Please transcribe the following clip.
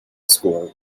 score